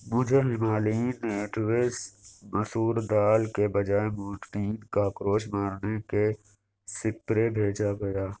مجھے Himalayan natives مسور دال کے بجائے مورٹین کاکروچ مارنے کے سپرے بھیجا گیا